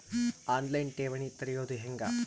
On line ಠೇವಣಿ ತೆರೆಯೋದು ಹೆಂಗ?